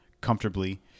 comfortably